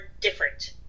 different